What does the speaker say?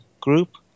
group